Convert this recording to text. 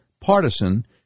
partisan